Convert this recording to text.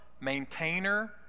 maintainer